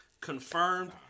confirmed